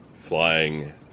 flying